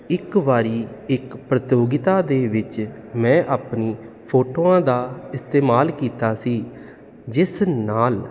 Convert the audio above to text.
ਇੱਕ ਵਾਰੀ ਇੱਕ ਪ੍ਰਤੀਯੋਗਤਾ ਦੇ ਵਿੱਚ ਮੈਂ ਆਪਣੀ ਫੋਟੋਆਂ ਦਾ ਇਸਤੇਮਾਲ ਕੀਤਾ ਸੀ ਜਿਸ ਨਾਲ